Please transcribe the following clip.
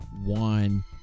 one